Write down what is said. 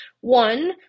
One